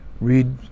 read